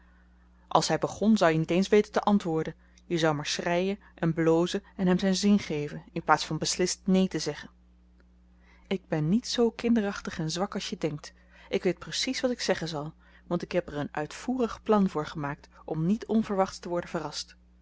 als hij begon zou je niet eens weten te antwoorden je zou maar schreien en blozen en hem zijn zin geven in plaats van beslist neen te zeggen ik ben niet zoo kinderachtig en zwak als je denkt ik weet precies wat ik zeggen zal want ik heb er een uitvoerig plan voor gemaakt om niet onverwachts te worden verrast